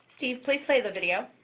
steve, please play the video.